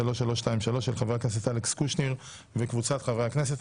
פ/3323/24 של חברי הכנסת אלכס קושניר וקבוצת חברי הכנסת.